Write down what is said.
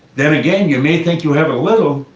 then again, you may think you have a little,